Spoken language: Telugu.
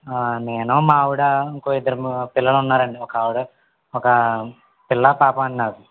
నేను మా ఆవిడ ఇంకో ఇద్దరము పిల్లలున్నారండి ఒక ఆవిడ ఒక పిల్లా పాప అండి నాకు